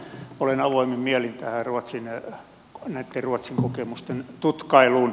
olen avoimin mielin näitten ruotsin kokemusten tutkailun suhteen